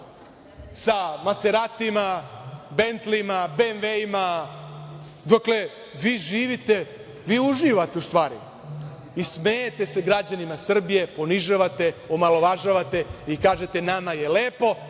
sa "Maseratijima", "Bentlijima", BMW-ima. Dakle, vi uživate, u stvari, i smejete se građanima Srbije, ponižavate, omalovažavate i kažete - nama je lepo